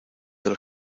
del